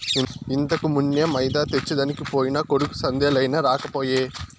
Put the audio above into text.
ఇంతకుమున్నే మైదా తెచ్చెదనికి పోయిన కొడుకు సందేలయినా రాకపోయే